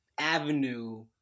avenue